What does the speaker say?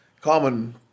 Common